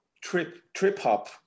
trip-hop